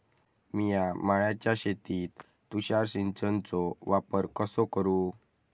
मिया माळ्याच्या शेतीत तुषार सिंचनचो वापर कसो करू?